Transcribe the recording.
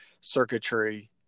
circuitry